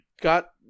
got